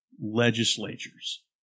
legislatures